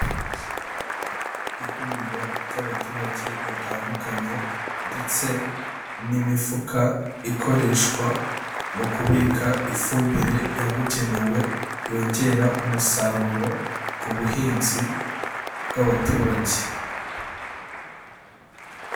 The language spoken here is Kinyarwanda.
Ihuriro ry'abaturage batandukanye, ndetse n'imifuka ikoreshwa mu kubika ifumbire yabugenewe, yongera umusaruro ku buhinzi bw'abaturage.